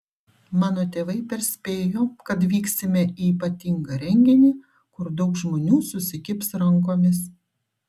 mano tėvai perspėjo kad vyksime į ypatingą renginį kur daug žmonių susikibs rankomis